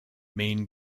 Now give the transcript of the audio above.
main